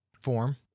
Form